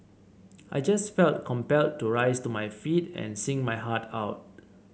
I just felt compelled to rise to my feet and sing my heart out